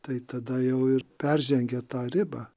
tai tada jau ir peržengia tą ribą